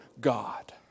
God